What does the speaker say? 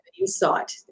insight